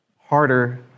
harder